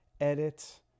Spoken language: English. edit